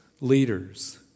Leaders